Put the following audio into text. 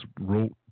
wrote